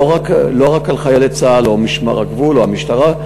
לא רק על חיילי צה"ל או משמר הגבול או המשטרה,